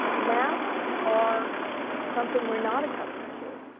masks are something we are not accustomed to.